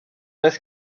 vez